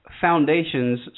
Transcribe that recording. foundations